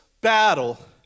battle